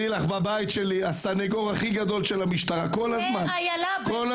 שבבית שלי הסנגור הכי גדול של המשטרה כל הזמן זו איילה.